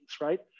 right